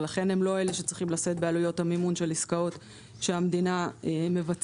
ולכן הם לא אלה שצריכים לשאת בעלויות המימון של עסקאות שהמדינה מבצעת.